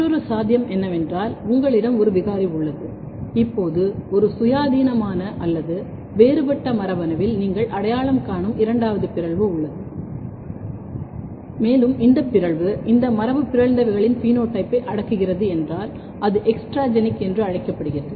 மற்றொரு சாத்தியம் என்னவென்றால் உங்களிடம் ஒரு விகாரி உள்ளது இப்போது ஒரு சுயாதீனமான அல்லது வேறுபட்ட மரபணுவில் நீங்கள் அடையாளம் காணும் இரண்டாவது பிறழ்வு உள்ளது மேலும் இந்த பிறழ்வு இந்த மரபுபிறழ்ந்தவைகளின் பினோடைப்பை அடக்குகிறது என்றால் அது எக்ஸ்ட்ராஜெனிக் என்று அழைக்கப்படுகிறது